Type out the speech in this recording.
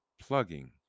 plugging